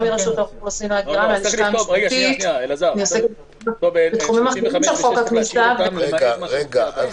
למעט ------ בתחומים אחרים של חוק הכניסה --- חבר'ה,